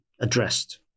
addressed